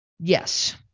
Yes